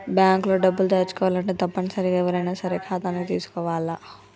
bank లో డబ్బులు దాచుకోవాలంటే తప్పనిసరిగా ఎవ్వరైనా సరే ఖాతాని తీసుకోవాల్ల